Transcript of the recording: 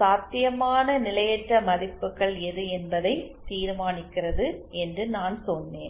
சாத்தியமான நிலையற்ற மதிப்புகள் எது என்பதை தீர்மானிக்கிறது என்று நான் சொன்னேன்